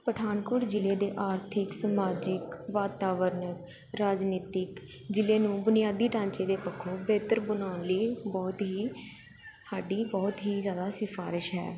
ਪਠਾਨਕੋਟ ਜ਼ਿਲ੍ਹੇ ਦੇ ਆਰਥਿਕ ਸਮਾਜਿਕ ਵਾਤਾਵਰਨ ਰਾਜਨੀਤਿਕ ਜ਼ਿਲ੍ਹੇ ਨੂੰ ਬੁਨਿਆਦੀ ਢਾਂਚੇ ਦੇ ਪੱਖੋਂ ਬਿਹਤਰ ਬਣਾਉਣ ਲਈ ਬਹੁਤ ਹੀ ਸਾਡੀ ਬਹੁਤ ਹੀ ਜ਼ਿਆਦਾ ਸਿਫਾਰਿਸ਼ ਹੈ